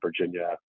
Virginia